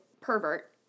pervert